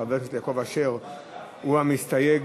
חבר הכנסת יעקב אשר הוא המסתייג,